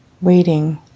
waiting